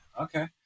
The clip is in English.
okay